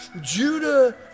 Judah